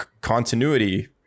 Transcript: continuity